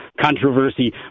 controversy